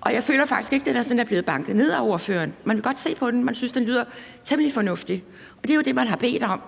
og jeg føler faktisk ikke, at det er sådan, at den er blevet banket ned af ordføreren. Man vil godt se på den, og man synes, den lyder temmelig fornuftig, og det er jo det, man har bedt om.